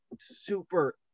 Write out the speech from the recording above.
super